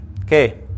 Okay